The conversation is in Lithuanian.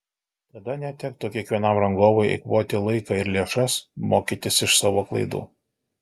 tada netektų kiekvienam rangovui eikvoti laiką ir lėšas mokytis iš savo klaidų